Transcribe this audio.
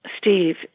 Steve